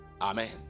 amen